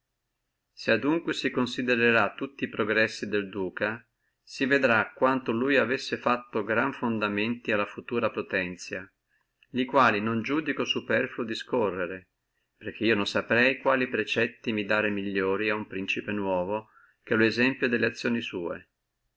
se adunque si considerrà tutti e progressi del duca si vedrà lui aversi fatti gran fondamenti alla futura potenzia li quali non iudico superfluo discorrere perché io non saprei quali precetti mi dare migliori a uno principe nuovo che lo esemplo delle azioni sua